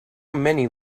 many